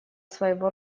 своего